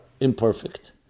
imperfect